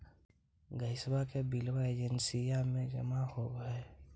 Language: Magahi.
गैसवा के बिलवा एजेंसिया मे जमा होव है?